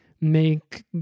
make